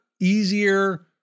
easier